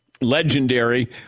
Legendary